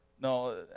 No